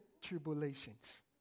tribulations